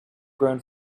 grown